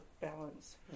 balance